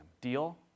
Deal